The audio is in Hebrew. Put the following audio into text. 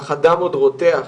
אך הדם עוד רותח.